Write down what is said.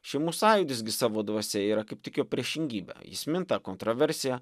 šeimų sąjūdis gi savo dvasia yra kaip tik jo priešingybė jis minta kontroversija